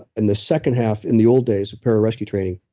in the second half, in the old days of pararescue training,